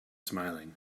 smiling